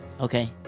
Okay